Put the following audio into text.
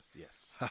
Yes